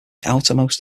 outermost